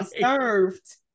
served